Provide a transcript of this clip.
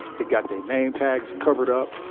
they got their name tags covered up.